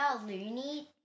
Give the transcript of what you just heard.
Looney